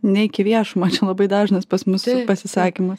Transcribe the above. neik į viešumą čia labai dažnas pas mus pasisakymas